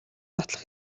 нотлох